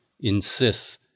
insists